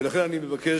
ולכן אני מבקש,